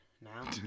now